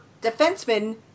defenseman